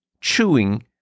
Chewing